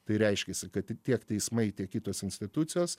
tai reiškiasi kad ti tiek teismai tiek kitos institucijos